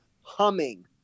humming